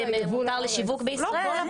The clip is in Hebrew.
מותר לשיווק בישראל,